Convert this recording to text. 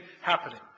happening